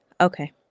Okay